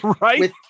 Right